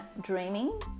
dreaming